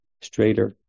straighter